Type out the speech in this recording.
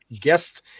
guest